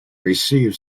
received